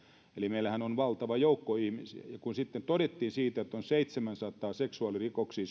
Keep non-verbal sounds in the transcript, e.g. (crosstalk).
meillähän on valtava joukko näitä ihmisiä ja kun sitten todettiin siitä että on seitsemäänsataan seksuaalirikoksiin (unintelligible)